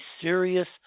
serious